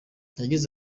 yagize